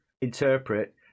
interpret